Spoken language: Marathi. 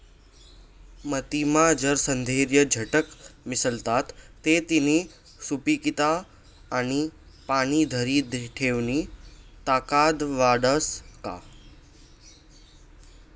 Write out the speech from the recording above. मातीमा जर सेंद्रिय घटक मिसळतात ते तिनी सुपीकता आणि पाणी धरी ठेवानी ताकद वाढस का?